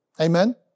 Amen